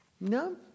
No